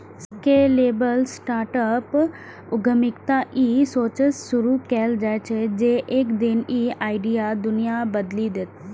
scalable startup उद्यमिता ई सोचसं शुरू कैल जाइ छै, जे एक दिन ई आइडिया दुनिया बदलि देतै